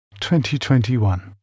2021